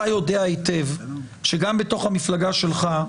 אתה יודע היטב שגם בתוך המפלגה שלך,